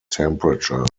temperature